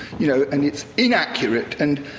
you know, and, it's inaccurate. and,